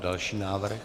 Další návrh.